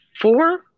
Four